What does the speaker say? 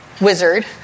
wizard